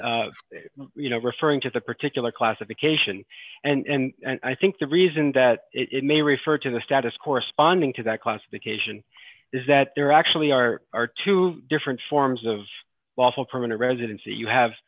status you know referring to the particular classification and i think the reason that it may refer to the status corresponding to that classification is that there actually are are two different forms of lawful permanent residency you have